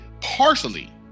partially